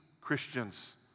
Christians